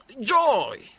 joy